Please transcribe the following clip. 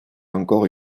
encore